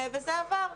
וזה עבר,